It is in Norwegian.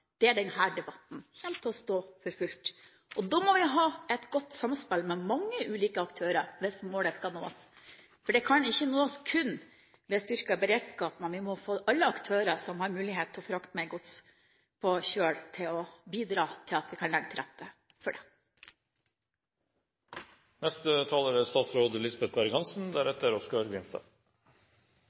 debatten kommer til å stå om for fullt. Vi må ha et godt samspill med mange ulike aktører hvis målet skal nås, for det kan ikke nås kun ved styrket beredskap. Vi må få alle aktører som har mulighet til å frakte gods på kjøl, til å bidra til at vi kan legge til rette for det. Det er